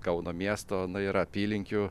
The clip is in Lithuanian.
kauno miesto na ir apylinkių